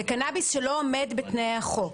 זה קנאביס שלא עומד בתנאי החוק.